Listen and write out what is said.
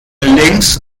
links